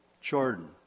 Jordan